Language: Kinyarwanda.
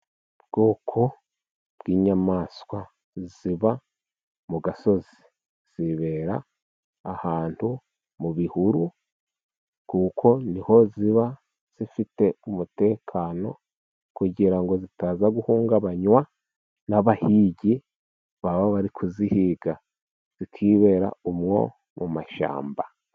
Ubwoko bw'inyamaswa ziba mu gasozi. Zibera ahantu mu bihuru, kuko ni ho ziba zifite umutekano, kugira ngo zitaza guhungabanywa n'abahigi baba bari kuzihiga, zikibera umwo mu mashyamba.